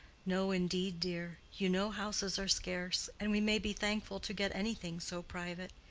no, indeed, dear. you know houses are scarce, and we may be thankful to get anything so private.